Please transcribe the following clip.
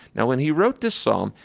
now, when he wrote this psalm,